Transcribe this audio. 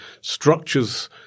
structures –